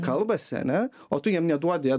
kalbasi ane o tu jam neduodi